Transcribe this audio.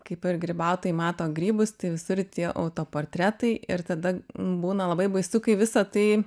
kaip ir grybautojai mato grybus tai visur tie autoportretai ir tada būna labai baisu kai visa tai